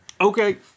Okay